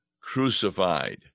crucified